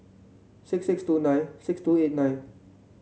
six six two nine six two eight nine